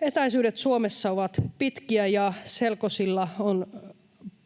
Etäisyydet Suomessa ovat pitkiä, ja selkosilla on